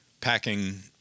packing